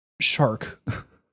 shark